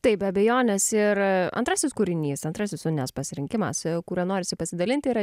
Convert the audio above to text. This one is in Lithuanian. taip be abejonės ir antrasis kūrinys antrasis unės pasirinkimas kuriuo norisi pasidalinti yra